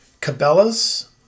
Cabela's